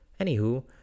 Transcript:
Anywho